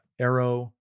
Arrow